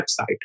website